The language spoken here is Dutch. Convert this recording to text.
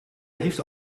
heeft